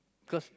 cause